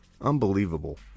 Unbelievable